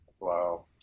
Wow